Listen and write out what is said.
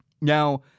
Now